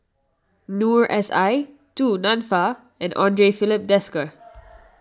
Noor S I Du Nanfa and andre Filipe Desker